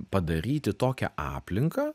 padaryti tokią aplinką